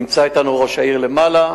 נמצא אתנו ראש העיר למעלה.